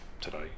today